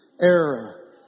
era